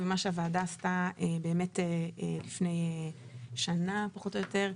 עם מה שהוועדה עשתה לפני שנה פחות או יותר,